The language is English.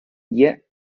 yet